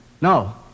no